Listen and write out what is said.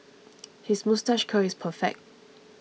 his moustache curl is perfect